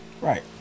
Right